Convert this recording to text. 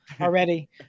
already